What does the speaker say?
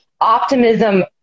Optimism